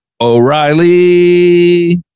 o'reilly